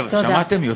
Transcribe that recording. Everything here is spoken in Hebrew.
שמעתם?